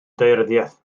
daearyddiaeth